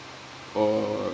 or